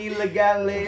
illegal